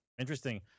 Interesting